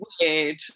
weird